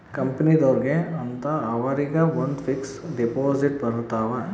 ಕಂಪನಿದೊರ್ಗೆ ಅಂತ ಅವರಿಗ ಒಂದ್ ಫಿಕ್ಸ್ ದೆಪೊಸಿಟ್ ಬರತವ